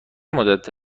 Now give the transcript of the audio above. مدت